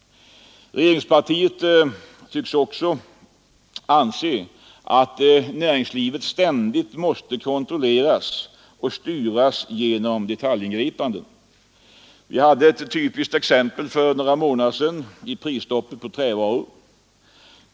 Regeringspartiet tycks också anse att näringslivet ständigt måste kontrolleras och styras genom detaljingripanden. Ett typiskt exempel är prisstoppet på trävaror.